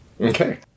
Okay